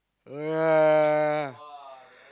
oh yeah